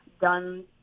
done